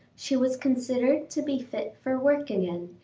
she was considered to be fit for work again,